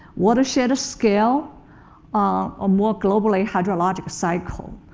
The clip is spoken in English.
watershed scale ah a more globally hydrologic cycle.